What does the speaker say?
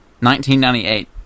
1998